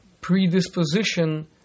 predisposition